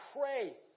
pray